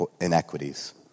inequities